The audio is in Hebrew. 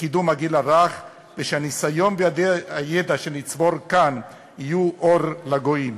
בקידום הגיל הרך ושהניסיון והידע שנצבור כאן יהיו אור לגויים.